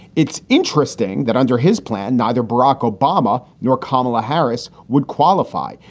it's interesting that under his plan, neither barack obama nor kamala harris would qualify.